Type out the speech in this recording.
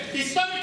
כן, תסתום את